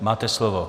Máte slovo.